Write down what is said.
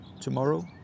Tomorrow